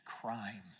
crime